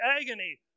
agony